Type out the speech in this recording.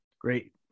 Great